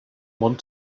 want